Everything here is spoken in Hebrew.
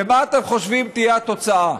ומה אתם חושבים תהיה התוצאה?